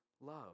love